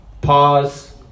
pause